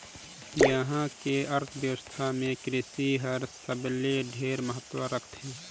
इहां के अर्थबेवस्था मे कृसि हर सबले ढेरे महत्ता रखथे